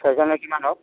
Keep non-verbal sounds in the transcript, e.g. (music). (unintelligible)